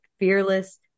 fearless